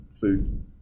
food